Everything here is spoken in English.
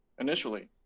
initially